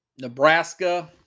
Nebraska